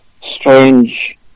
strange